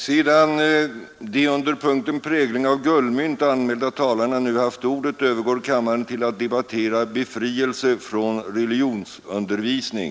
Sedan samtliga under punkten ”Prägling av guldmynt” anmälda talare nu haft ordet övergår kammaren till att debattera ”Befrielse från religionsundervisning”.